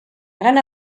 gran